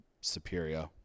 superior